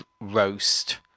roast